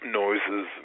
noises